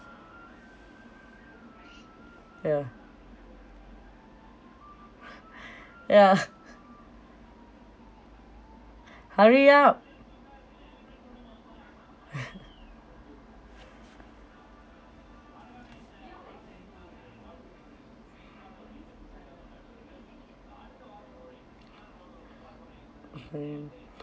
ya ya hurry up mmhmm